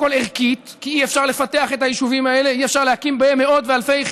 אני רוצה לפתח התיישבות, אני רוצה להקים אותה,